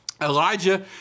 Elijah